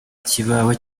kibaho